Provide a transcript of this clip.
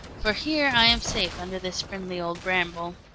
for here i am safe under this friendly old bramble.